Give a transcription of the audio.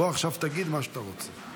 בוא, עכשיו תגיד מה שאתה רוצה.